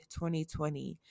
2020